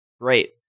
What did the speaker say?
Great